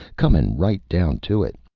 comin' right down to it,